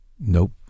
Nope